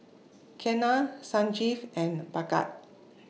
Ketna Sanjeev and Bhagat